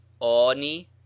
oni